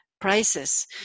prices